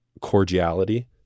cordiality